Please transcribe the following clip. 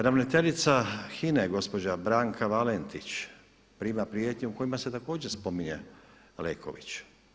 Ravnateljica HINA-e gospođa Branka Valentić prima prijetnje u kojima se također spominje Leković.